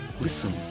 Listen